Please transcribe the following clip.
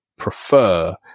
Prefer